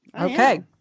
Okay